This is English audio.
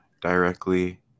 directly